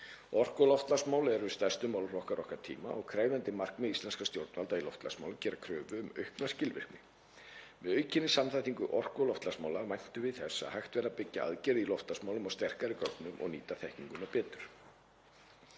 Orku- og loftslagsmál eru stærstu málaflokkar okkar tíma og krefjandi markmið íslenskra stjórnvalda í loftslagsmálum gera kröfu um aukna skilvirkni. Með aukinni samþættingu orku- og loftslagsmála væntum við þess að hægt verði að byggja aðgerðir í loftslagsmálum á sterkari gögnum og nýta þekkinguna betur.